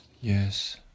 Yes